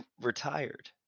retired